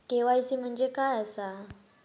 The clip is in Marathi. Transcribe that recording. के.वाय.सी म्हणजे काय आसा?